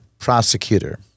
prosecutor